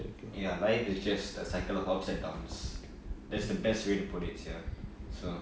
ya life is just a cycle of ups and downs that's the best way to put it sia so